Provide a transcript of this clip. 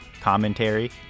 commentary